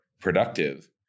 productive